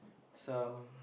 some